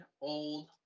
Old